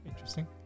Interesting